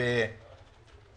כשהיינו